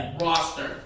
roster